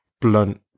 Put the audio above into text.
blunt